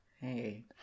hey